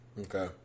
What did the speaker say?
Okay